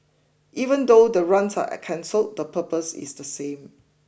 even though the runs are cancelled the purpose is the same